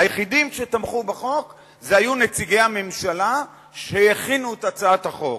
היחידים שתמכו בחוק היו נציגי הממשלה שהכינו את הצעת החוק.